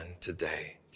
today